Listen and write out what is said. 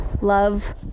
love